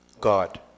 God